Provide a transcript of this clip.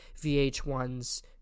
VH1's